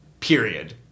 Period